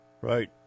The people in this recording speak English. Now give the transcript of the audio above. Right